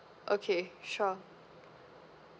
okay sure